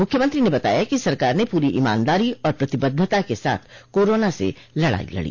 मुख्यमंत्री ने बताया कि सरकार ने पूरी ईमानदारी और प्रतिबद्धता के साथ कोरोना से लड़ाई लड़ी